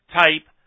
type